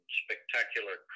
spectacular